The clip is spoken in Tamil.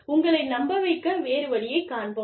உங்களை நம்ப வைக்க வேறு வழியைக் காண்போம்